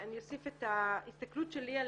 אני אוסיף את ההסתכלות שלי.